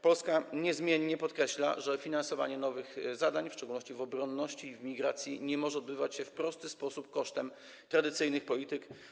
Polska niezmiennie podkreśla, że finansowanie nowych zadań, w szczególności dotyczących obronności i migracji, nie może odbywać się w prosty sposób kosztem tradycyjnych polityk.